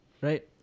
right